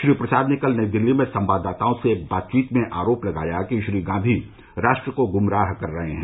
श्री प्रसाद ने कल नई दिल्ली में संवाददाताओं से बातचीत में आरोप लगाया कि श्री गांधी राष्ट्र को गुमराह कर रहे हैं